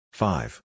five